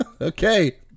Okay